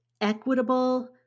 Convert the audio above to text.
equitable